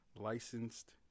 licensed